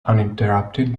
uninterrupted